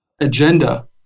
agenda